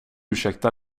ursäkta